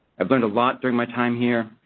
i've learned a lot during my time here,